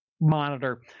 monitor